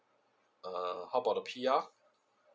uh how about the P R